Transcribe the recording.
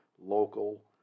local